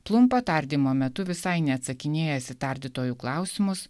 plumpa tardymo metu visai neatsakinėjęs į tardytojų klausimus